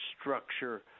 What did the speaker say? structure